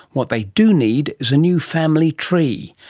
what they do need is a new family tree.